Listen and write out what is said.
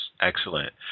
Excellent